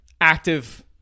active